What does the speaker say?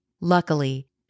Luckily